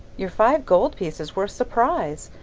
your five gold pieces were a surprise!